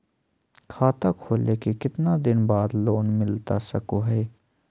खाता खोले के कितना दिन बाद लोन मिलता सको है?